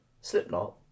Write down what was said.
Slipknot